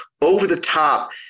over-the-top